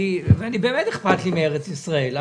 באמת אכפת לי מארץ ישראל,